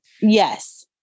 Yes